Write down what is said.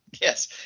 Yes